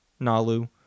Nalu